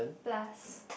plus